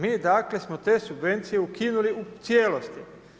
Mi dakle smo te subvencije ukinuli u cijelosti.